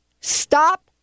stop